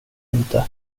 inte